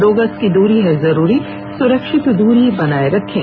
दो गज की दूरी है जरूरी सुरक्षित दूरी बनाए रखें